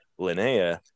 Linnea